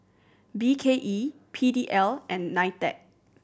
B K E P D L and NITEC